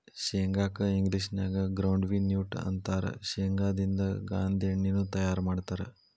ಶೇಂಗಾ ಕ್ಕ ಇಂಗ್ಲೇಷನ್ಯಾಗ ಗ್ರೌಂಡ್ವಿ ನ್ಯೂಟ್ಟ ಅಂತಾರ, ಶೇಂಗಾದಿಂದ ಗಾಂದೇಣ್ಣಿನು ತಯಾರ್ ಮಾಡ್ತಾರ